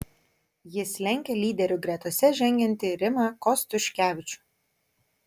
jis lenkia lyderių gretose žengiantį rimą kostiuškevičių